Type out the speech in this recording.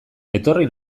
etorri